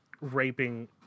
raping